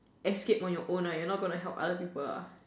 escape on your own right your not going to help other people